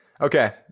Okay